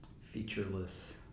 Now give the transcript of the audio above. featureless